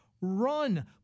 Run